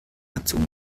aktion